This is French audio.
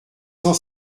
cent